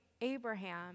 Abraham